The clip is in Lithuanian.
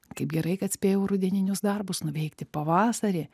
kaip gerai kad spėjau rudeninius darbus nuveikti pavasarį